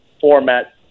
format